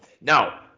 Now